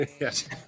Yes